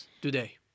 today